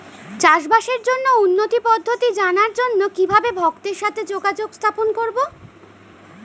চাষবাসের জন্য উন্নতি পদ্ধতি জানার জন্য কিভাবে ভক্তের সাথে যোগাযোগ স্থাপন করব?